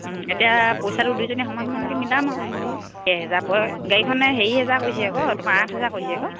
এতিয়া পইচাটো দুইজনীয়ে সমান সমানকৈ মিলাম আৰু এহেজাৰ পৰে গাড়ীখনে হেৰি হেজাৰ কৰিছে আকৌ তোমাৰ আঠ হেজাৰ কৈছে আকৌ